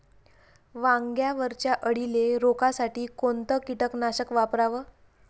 वांग्यावरच्या अळीले रोकासाठी कोनतं कीटकनाशक वापराव?